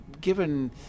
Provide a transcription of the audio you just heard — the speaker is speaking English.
given